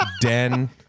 den